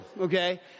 okay